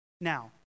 now